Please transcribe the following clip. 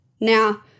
Now